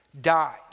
died